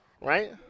Right